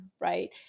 Right